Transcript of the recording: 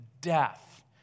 death